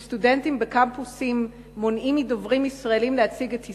וכשסטודנטים בקמפוסים מונעים מדוברים ישראלים להציג את ישראל,